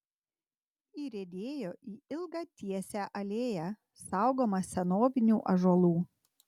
įriedėjo į ilgą tiesią alėją saugomą senovinių ąžuolų